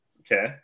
Okay